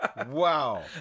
Wow